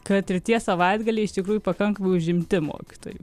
kad ir tie savaitgaliai iš tikrųjų pakankamai užimti mokytojui